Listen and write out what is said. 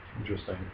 Interesting